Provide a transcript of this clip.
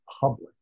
public